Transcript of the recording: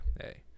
hey